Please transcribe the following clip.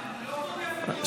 אני לא תוקף את ראש הממשלה,